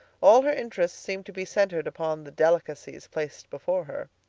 all her interest seemed to be centered upon the delicacies placed before her.